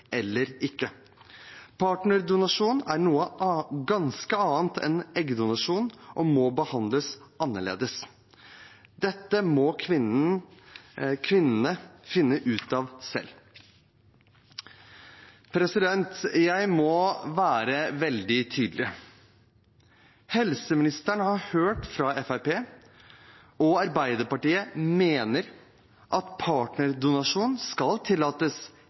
eller ikke. Partnerdonasjon er noe ganske annet enn eggdonasjon og må behandles annerledes. Dette må kvinnene finne ut av selv. Jeg må være veldig tydelig. Helseministeren har hørt fra Fremskrittspartiet og Arbeiderpartiet at de mener at partnerdonasjon skal tillates